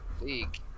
League